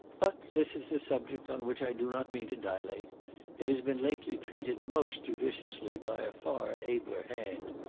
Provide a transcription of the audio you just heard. but this is a subject on which i do not mean to dilate it has been lately treated most judiciously by a far abler hand.